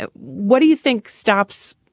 ah what do you think stops?